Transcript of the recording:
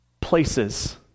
places